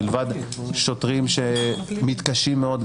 מלבד שוטרים שמתקשים מאוד,